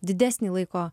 didesnį laiko